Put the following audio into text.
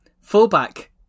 fullback